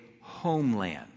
homeland